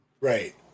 Right